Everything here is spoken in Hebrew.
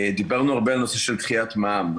דיברנו הרבה על הנושא של דחיית מע"מ.